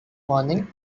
morning